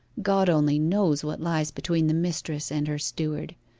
god only knows what lies between the mistress and her steward,